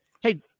Hey